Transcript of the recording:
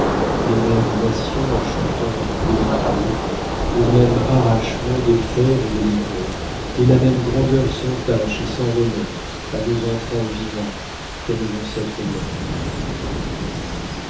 les mêmes nations en chantant délivrées le même arrachement des fers et des livrées et la même grandeur sans tache et sans remords à nos enfants vivants qu'à nos ancêtres morts